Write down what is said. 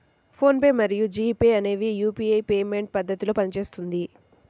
phone pay మరియు G Pay అనేవి UPI payment పద్ధతిలో పనిచేస్తుంది